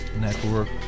Network